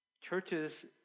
churches